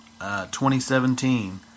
2017